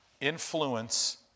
influence